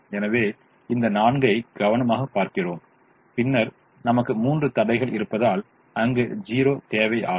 எனவே இந்த 4 ஐப் கவனமாக பார்க்கிறோம் பின்னர் நமக்கு 3 தடைகள் இருப்பதால் அங்கு 0 தேவை ஆகும்